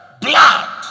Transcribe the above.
blood